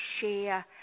share